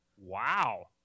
Wow